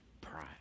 pride